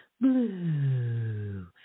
Blue